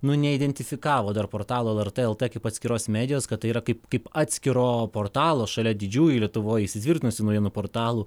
nu neidentifikavo dar portalo lrt lt kaip atskiros medijos kad tai yra kaip kaip atskiro portalo šalia didžiųjų lietuvoj įsitvirtinusių naujienų portalų